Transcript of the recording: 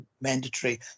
mandatory